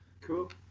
Cool